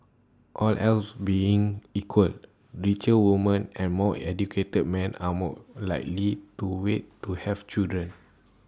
all else being equal richer woman and more educated men are more likely to wait to have children